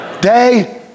Day